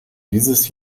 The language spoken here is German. dieses